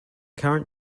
current